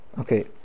Okay